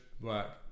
work